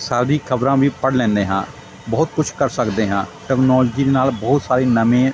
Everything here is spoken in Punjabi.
ਸਾਰੀ ਖ਼ਬਰਾਂ ਵੀ ਪੜ੍ਹ ਲੈਂਦੇ ਹਾਂ ਬਹੁਤ ਕੁਛ ਕਰ ਸਕਦੇ ਹਾਂ ਟੈਕਨੋਲਜੀ ਦੇ ਨਾਲ ਬਹੁਤ ਸਾਰੇ ਨਵੇਂ